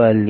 वाली हैं